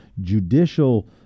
judicial